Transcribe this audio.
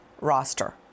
roster